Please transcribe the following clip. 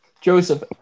Joseph